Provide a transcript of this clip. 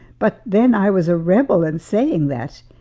but then i was a rebel in saying that.